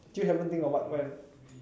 still haven't think of what what you have